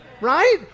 Right